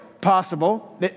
possible